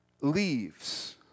leaves